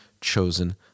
chosen